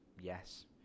yes